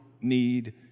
need